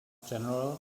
general